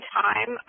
time